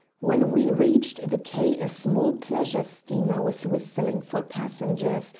when we reached the quay a small pleasure steamer was whistling for passengers,